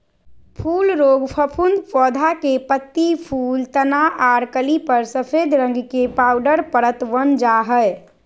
फूल रोग फफूंद पौधा के पत्ती, फूल, तना आर कली पर सफेद रंग के पाउडर परत वन जा हई